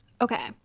Okay